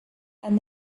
and